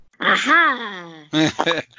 Aha